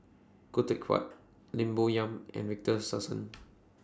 Khoo Teck Puat Lim Bo Yam and Victor Sassoon